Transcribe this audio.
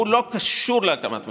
הוא לא קשור להקמת ממשלה,